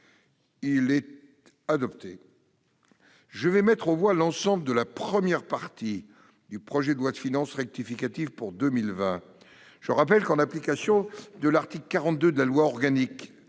A annexé. Avant de mettre aux voix l'ensemble de la première partie du projet de loi de finances rectificative pour 2020, je rappelle que, en application de l'article 42 de la loi organique